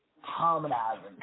harmonizing